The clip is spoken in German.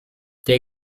der